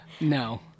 No